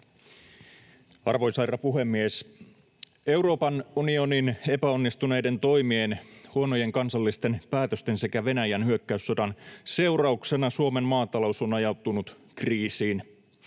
Arvoisa herra puhemies! Euroopan unionin epäonnistuneiden toimien, huonojen kansallisten päätösten sekä Venäjän hyökkäyssodan seurauksena Suomen maatalous on ajautunut kriisiin.